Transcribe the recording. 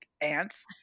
Ants